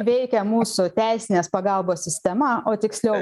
veikia mūsų teisinės pagalbos sistema o tiksliau